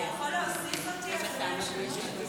אתה יכול להוסיף אותי, אדוני היושב-ראש?